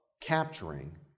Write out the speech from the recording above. capturing